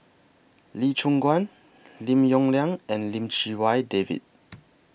Lee Choon Guan Lim Yong Liang and Lim Chee Wai David